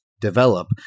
develop